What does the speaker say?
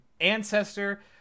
ancestor